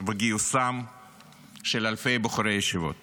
וגיוסם של אלפי בחורי הישיבות